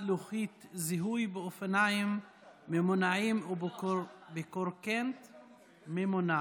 לוחית זיהוי באופניים ממונעים ובקורקֶנט ממונע),